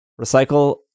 Recycle